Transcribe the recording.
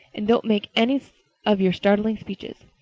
and don't make any of your startling speeches.